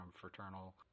Fraternal